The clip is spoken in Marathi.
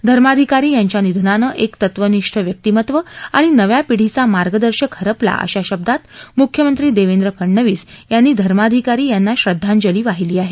धर्माधिकारी यांच्या निधनानं एक तत्वनिष्ठ व्यक्तीमत्त आणि नव्या पीढीचा मार्गदर्शक हरपला अशा शब्दात मुख्यमंत्री देवेंद्र फडनवीस यांनी धर्माधिकरी यांना श्रद्धांजली वाहिली आहे